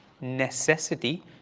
necessity